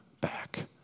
back